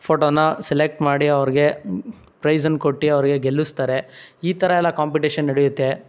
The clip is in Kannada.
ಫೋಟೋನಾ ಸೆಲೆಕ್ಟ್ ಮಾಡಿ ಅವ್ರಿಗೆ ಪ್ರೈಝನ್ನು ಕೊಟ್ಟು ಅವ್ರಿಗೆ ಗೆಲ್ಲಿಸ್ತಾರೆ ಈ ಥರ ಎಲ್ಲ ಕಾಂಪಿಟೀಷನ್ ನಡೆಯುತ್ತೆ